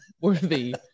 worthy